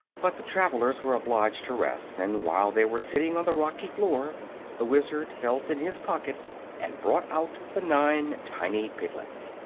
but the travellers were obliged to rest, and while they were sitting on the rocky floor the wizard felt in his pocket and brought out the nine tiny piglets.